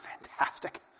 fantastic